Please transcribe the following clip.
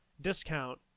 discount